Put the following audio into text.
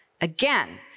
Again